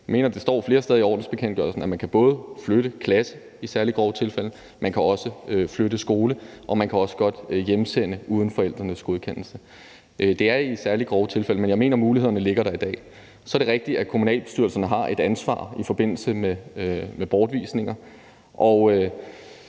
Jeg mener, det står flere steder i ordensbekendtgørelsen, at man både kan flytte klasse, i særlig grove tilfælde, og at man også kan flytte skole, og man kan også godt hjemsende uden forældrene godkendelse. Det er i særlig grove tilfælde, men jeg mener, mulighederne ligger der i dag. Så er det rigtigt, at kommunalbestyrelserne har et ansvar i forbindelse med bortvisninger,